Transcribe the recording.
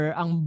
ang